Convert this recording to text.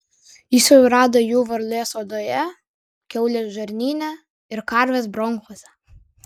jis jau rado jų varlės odoje kiaulės žarnyne ir karvės bronchuose